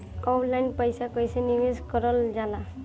Online पईसा कईसे निवेश करल जाला?